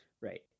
Right